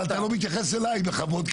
אבל אתה לא מתייחס אליי בכבוד.